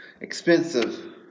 expensive